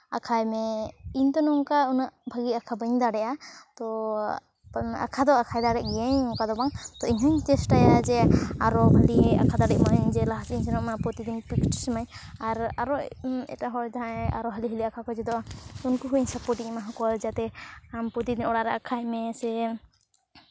ᱟᱸᱠᱷᱟᱭᱢᱮ ᱤᱧᱫᱚ ᱱᱚᱝᱠᱟ ᱩᱱᱟᱹᱜ ᱵᱷᱟᱜᱮ ᱟᱸᱠᱷᱟᱣ ᱵᱟᱹᱧ ᱫᱟᱹᱧ ᱫᱟᱲᱮᱜᱼᱟ ᱛᱚ ᱟᱸᱠᱷᱟ ᱫᱚ ᱟᱸᱠᱷᱟ ᱫᱟᱲᱮᱜ ᱜᱮᱭᱟᱹᱧ ᱚᱱᱠᱷᱟ ᱫᱚ ᱵᱟᱝ ᱛᱚ ᱤᱧ ᱦᱚᱸᱧ ᱪᱮᱥᱴᱟᱭᱟ ᱡᱮ ᱟᱨᱚ ᱵᱷᱟᱞᱮ ᱟᱸᱠᱷᱟ ᱫᱟᱲᱮᱜ ᱢᱟᱹᱧ ᱡᱮ ᱞᱟᱦᱟᱥᱮᱜ ᱤᱧ ᱥᱮᱱᱚᱜ ᱢᱟ ᱯᱨᱚᱛᱤ ᱫᱤᱱ ᱯᱨᱮᱠᱴᱤᱥ ᱥᱚᱢᱚᱭ ᱟᱨ ᱟᱨᱚ ᱮᱴᱟᱜ ᱦᱚᱲ ᱡᱟᱦᱟᱸᱭ ᱟᱨᱚ ᱦᱟᱹᱞᱤ ᱦᱟᱹᱞᱤ ᱟᱸᱠᱟᱣ ᱠᱚ ᱪᱮᱫᱚᱜᱼᱟ ᱩᱱᱠᱩ ᱦᱚᱸ ᱤᱧ ᱥᱟᱯᱳᱨᱴ ᱤᱧ ᱮᱢᱟ ᱠᱚᱣᱟ ᱡᱟᱛᱮ ᱟᱢ ᱯᱨᱚᱛᱤᱫᱤᱱ ᱚᱲᱟᱜ ᱨᱮ ᱟᱸᱠᱷᱟᱭ ᱢᱮᱥᱮ